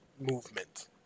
movement